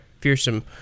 fearsome